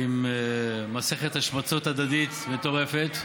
עם מסכת השמצות הדדית מטורפת,